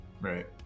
Right